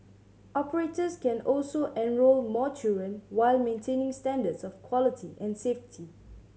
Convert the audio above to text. operators can also enrol more children while maintaining standards of quality and safety